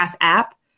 app